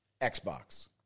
Xbox